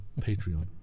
Patreon